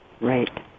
Right